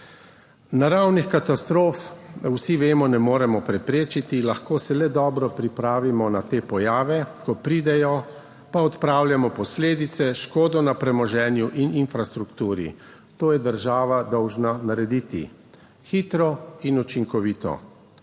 Naravnih katastrof, vsi vemo, ne moremo preprečiti, lahko se le dobro pripravimo na te pojave, ko pridejo, pa odpravljamo posledice, škodo na premoženju in infrastrukturi. To je država dolžna narediti hitro in učinkovito.